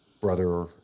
brother